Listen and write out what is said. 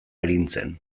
arintzen